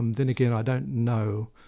um then again, i don't know,